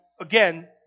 again